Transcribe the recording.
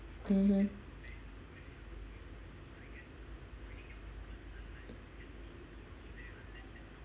mmhmm